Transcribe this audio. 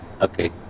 Okay